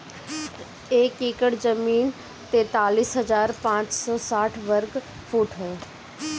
एक एकड़ जमीन तैंतालीस हजार पांच सौ साठ वर्ग फुट ह